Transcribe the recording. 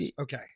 Okay